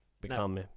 become